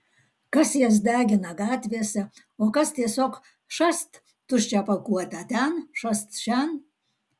kas jas degina gatvėse o kas tiesiog šast tuščią pakuotę ten šast šen